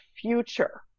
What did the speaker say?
future